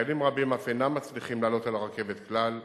חיילים רבים אף אינם מצליחים לעלות על הרכבת כלל.